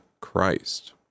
Christ